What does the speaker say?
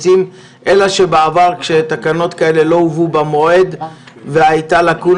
כרגע אנחנו בהסכמות להביא את התקנה